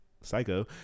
Psycho